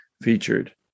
featured